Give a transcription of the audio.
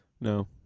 No